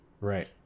Right